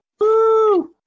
Woo